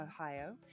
Ohio